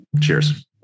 Cheers